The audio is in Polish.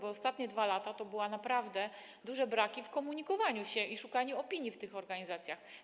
Ostatnie 2 lata to były naprawdę duże braki w komunikowaniu się i szukaniu opinii tych organizacji.